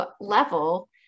level